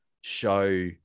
show